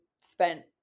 spent